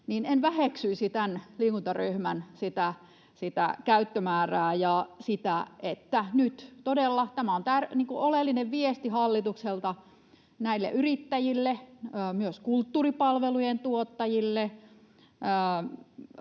enkä väheksyisi tämän liikkujaryhmän käyttömäärää ja sitä, että nyt todella tämä on oleellinen viesti hallitukselta näille yrittäjille, ja myös kulttuuripalvelujen tuottajille,